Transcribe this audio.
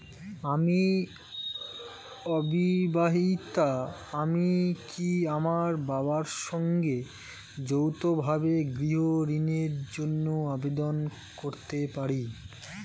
আমি অবিবাহিতা আমি কি আমার বাবার সঙ্গে যৌথভাবে গৃহ ঋণের জন্য আবেদন করতে পারি?